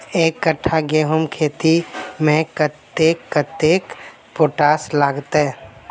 एक कट्ठा गेंहूँ खेती मे कतेक कतेक पोटाश लागतै?